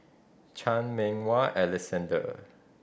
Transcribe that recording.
Chan Meng Wah Alexander